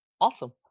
Awesome